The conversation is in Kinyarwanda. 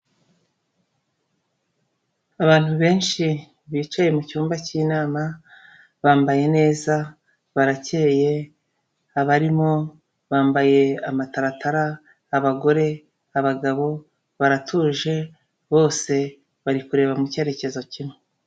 Abantu benshi bicaye mu cyumba cy'inama bambaye neza barakeye, abarimo bambaye amataratara, abagore, abagabo, baratuje, bose bari kureba mu cyerekezo kimwe.